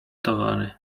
towary